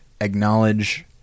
acknowledge